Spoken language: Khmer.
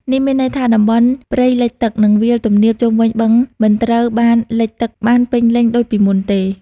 នេះមានន័យថា តំបន់ព្រៃលិចទឹក និងវាលទំនាបជុំវិញបឹងមិនត្រូវបានលិចទឹកបានពេញលេញដូចពីមុនទេ។